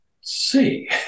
see